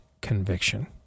conviction